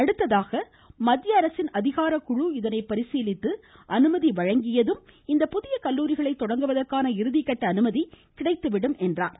அடுத்ததாக மத்திய அரசின் அதிகாரக் குழு இதனை பரிசீலித்து அனுமதி வழங்கியதும் இப்புதிய கல்லூரிகளைத் தொடங்குவதற்கான இறுதி கட்ட அனுமதி கிடைத்துவிடும் என்றும் குறிப்பிட்டார்